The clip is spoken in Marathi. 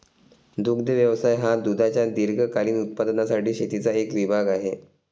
दुग्ध व्यवसाय हा दुधाच्या दीर्घकालीन उत्पादनासाठी शेतीचा एक विभाग आहे